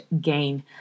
gain